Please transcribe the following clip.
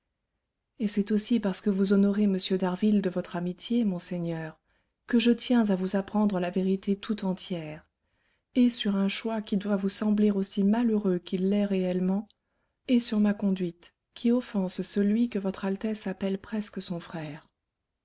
et c'est aussi parce que vous honorez m d'harville de votre amitié monseigneur que je tiens à vous apprendre la vérité tout entière et sur un choix qui doit vous sembler aussi malheureux qu'il l'est réellement et sur ma conduite qui offense celui que votre altesse appelle presque son frère